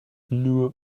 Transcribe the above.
nur